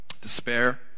Despair